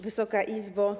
Wysoka Izbo!